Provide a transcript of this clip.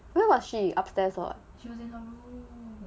where was she upstairs or what